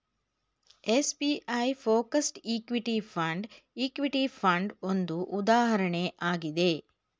SBI focused equity fund, equity fund ಒಂದು ಉದಾಹರಣೆ ಆಗಿದೆ